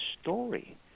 story